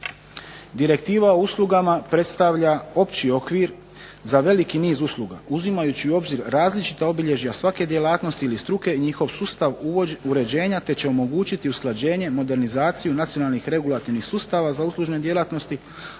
Direktiva o uslugama predstavlja opći okvir za veliki niz usluga uzimajući u obzir različita obilježja svake djelatnosti ili struke i njihov sustav uređenja te će omogućiti usklađenje, modernizaciju nacionalnih regulativnih sustava za uslužne djelatnosti,